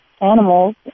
animals